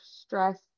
stress